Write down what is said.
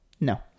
no